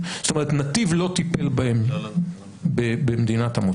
זאת אומרת נתיב לא טיפל בהם במדינת המוצא?